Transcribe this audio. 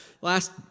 last